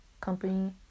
company